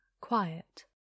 quiet